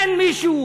אין מישהו,